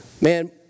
Man